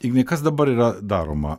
ignai kas dabar yra daroma